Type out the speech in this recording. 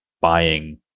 buying